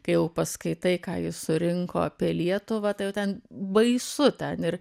kai jau paskaitai ką jis surinko apie lietuvą tai jau ten baisu ten ir